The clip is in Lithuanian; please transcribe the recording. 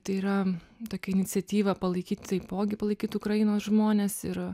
tai yra tokia iniciatyva palaikyt taipogi palaikyt ukrainos žmones ir